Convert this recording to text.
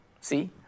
See